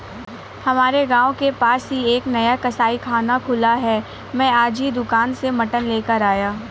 हमारे गांव के पास ही एक नया कसाईखाना खुला है मैं आज ही दुकान से मटन लेकर आया